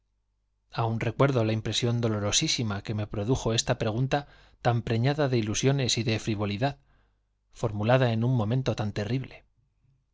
aún recuerdo la impresión doloro sísima que me produjo esta pregu lta tan preñada de ilusiones y de frivolidad formulada en un momento tan terrible